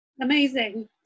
amazing